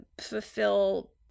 fulfill